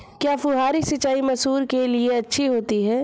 क्या फुहारी सिंचाई मसूर के लिए अच्छी होती है?